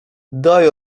daj